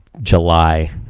July